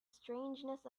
strangeness